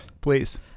Please